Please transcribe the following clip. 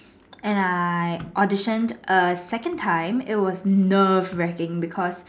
and I audition err second a time it was nerve wreaking because